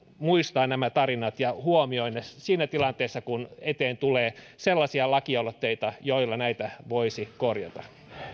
muistaa nämä tarinat ja huomioi ne siinä tilanteessa kun eteen tulee sellaisia lakialoitteita joilla näitä voisi korjata